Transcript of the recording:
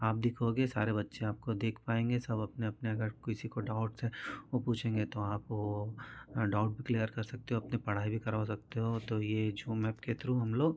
आप दिखोगे सारे बच्चे आपको देख पाएंगे सब अपने अपने अगर किसी को कोई डाउट है वे पूछेंगे तो आप वह डाउट भी क्लियर कर सकते हो अपनी पढ़ाई भी करवा सकते हो तो यह झूम एप के थ्रू हम लोग